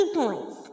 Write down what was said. points